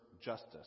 justice